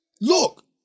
Look